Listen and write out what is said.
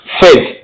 faith